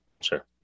sure